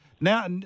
Now